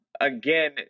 Again